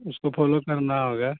اس کو فالو کرنا ہوگا